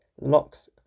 locks